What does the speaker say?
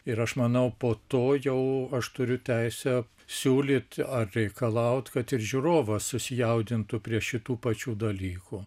ir aš manau po to jau aš turiu teisę siūlyt ar reikalaut kad ir žiūrovas susijaudintų prie šitų pačių dalykų